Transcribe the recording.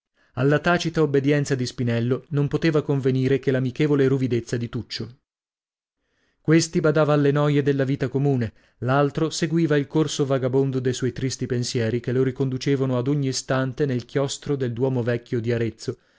alla tacita obbedienza di spinello non poteva convenire che l'amichevole ruvidezza di tuccio questi badava alle noie della vita comune l'altro seguiva il corso vagabondo de suoi tristi pensieri che lo riconducevano ad ogni istante nel chiostro del duomo vecchio di arezzo